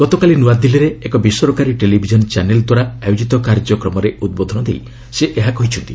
ଗତକାଲି ନୂଆଦିଲ୍ଲୀରେ ଏକ ବେସରକାରୀ ଟେଲିଭିଜନ ଚ୍ୟାନେଲ ଦ୍ୱାରା ଆୟୋଜିତ କାର୍ଯ୍ୟକ୍ରମରେ ଉଦ୍ବୋଧନ ଦେଇ ସେ ଏହା କହିଛନ୍ତି